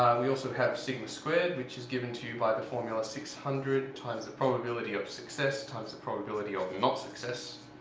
we also have sigma squared, which is given to you by the formula six hundred times the probability of success times the probability of not success,